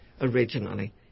originally